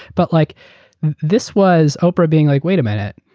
but like this was oprah being like, wait a minute,